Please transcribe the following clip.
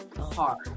hard